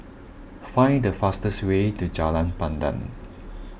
find the fastest way to Jalan Pandan